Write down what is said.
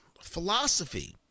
philosophy